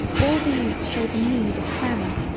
all these show the need of clamor.